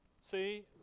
see